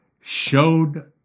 showed